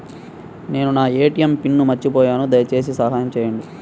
నేను నా ATM pin మర్చిపోయాను దయచేసి సహాయం చేయండి